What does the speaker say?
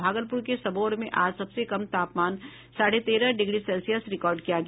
भागलपुर के सबौर में आज सबसे कम तापमान साढ़े तेरह डिग्री सेल्सियस रिकार्ड किया गया